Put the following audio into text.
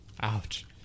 Ouch